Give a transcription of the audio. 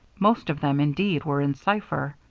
most of them, indeed, were in cipher.